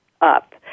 up